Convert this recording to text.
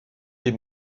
des